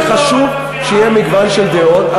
וזה חשוב שיהיה מגוון של דעות,